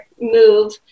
move